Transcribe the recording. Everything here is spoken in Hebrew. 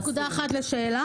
אני אבחר נקודה אחת לשאלה.